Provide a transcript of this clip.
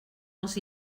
els